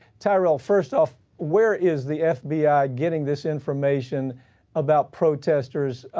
tyrel, first off, where is the fbi getting this information about protesters?